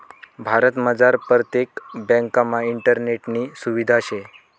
भारतमझार परतेक ब्यांकमा इंटरनेटनी सुविधा शे